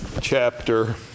chapter